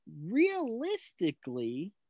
realistically